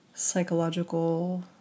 psychological